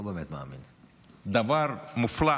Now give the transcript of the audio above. דבר מופלא.